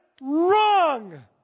wrong